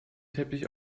teppich